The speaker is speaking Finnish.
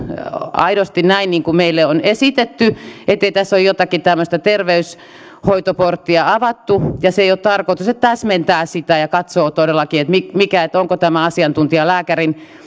aidosti näin niin kuin meille on esitetty ettei tässä ole jotakin tämmöistä terveyshoitoporttia avattu se ei ole tarkoitus että täsmentää sitä ja katsoo todellakin onko tämä asiantuntijalääkärin